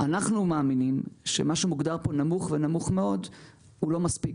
אנחנו מאמינים שמה שמוגדר פה נמול ונמוך מאוד הוא לא מסכים.